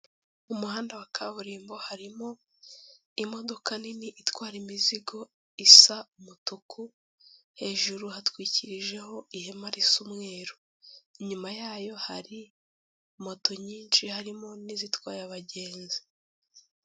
Umuhanda wa kaburimbo, harimo imodoka nini itwara imizigo isa umutuku hejuru hatwikirijeho ihema risumweru, inyuma yayo hari moto nyinshi harimo n'izitwaye abagenzi.